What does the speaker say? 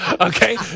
Okay